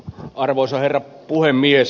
arvoisa herra puhemies